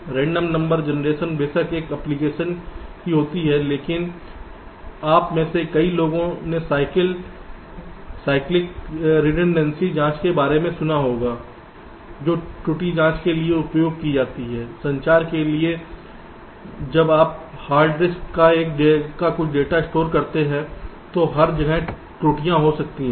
random number generation बेशक एक application की होती है लेकिन आप में से कई लोगों ने साइक्लिक रिडंडेंसी जांच के बारे में सुना होगा जो त्रुटि जांच के लिए उपयोग की जाती है संचार के लिए जब आप हार्ड डिस्क पर कुछ डेटा स्टोर करते हैं तो हर जगह त्रुटियां हो सकती हैं